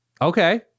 Okay